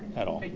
at all.